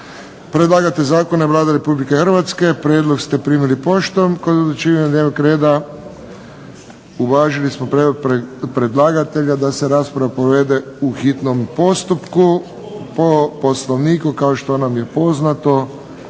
Predlagatelj zakona je Vlada Republike Hrvatske. Prijedlog ste primili poštom. Kod odlučivanja dnevnog reda uvažili smo prijedlog predlagatelja da se rasprava provede u hitnom postupku. Po Poslovniku, kao što nam je poznato,